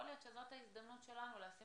יכול להיות שזאת ההזדמנות שלנו לשים